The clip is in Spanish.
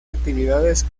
actividades